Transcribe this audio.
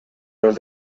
los